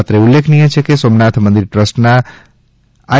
અત્રે ઉલ્લેખનીય છે કે સોમનાથ મંદિર ટ્રસ્ટના આઇ